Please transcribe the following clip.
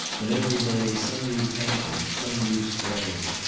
and every day some new tension, some new strain.